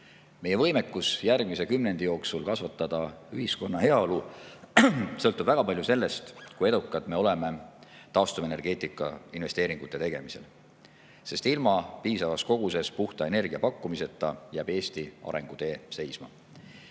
Meie võimekus järgmise kümnendi jooksul kasvatada ühiskonna heaolu sõltub väga palju sellest, kui edukad me oleme taastuvenergeetika investeeringute tegemisel, sest ilma piisavas koguses puhta energia pakkumiseta jääb Eesti arengutee seisma.